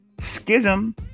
schism